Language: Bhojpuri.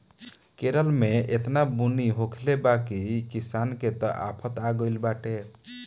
केरल में एतना बुनी होखले बा की किसान के त आफत आगइल बाटे